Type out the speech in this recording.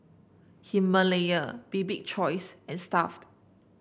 Himalaya Bibik Choice and Stuff'd